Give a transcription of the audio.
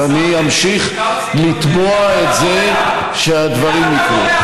ואני אמשיך לתבוע את זה שהדברים יקרו.